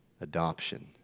Adoption